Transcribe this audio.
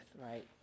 right